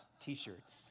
T-shirts